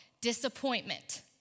disappointment